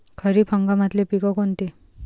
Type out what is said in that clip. खरीप हंगामातले पिकं कोनते?